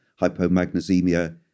hypomagnesemia